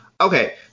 Okay